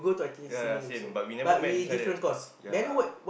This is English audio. yea yea same but we never met each other yea